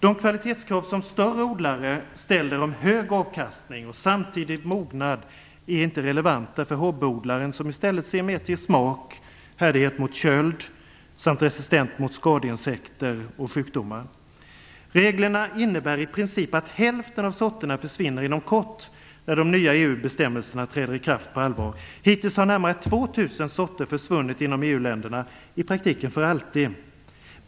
De kvalitetskrav som större odlare ställer om hög avkastning och samtidig mognad är inte relevanta för hobbyodlaren, som i stället ser mer till smak, härdighet mot köld samt resistens mot skadeinsekter och sjukdomar. Reglerna innebär i princip att hälften av sorterna försvinner inom kort, när de nya EU-bestämmelserna träder i kraft på allvar. Hittills har närmare 2 000 sorter försvunnit inom EU-länderna, i praktiken för alltid.